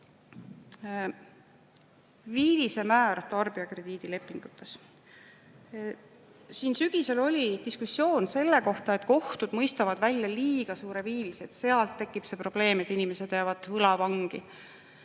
viivise määr tarbijakrediidi lepingutes. Siin sügisel oli diskussioon selle üle, et kohtud mõistavad välja liiga suured viivised ja sealt tekib see probleem, et inimesed jäävad võlavangi.